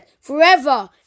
forever